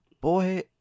boy